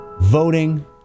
voting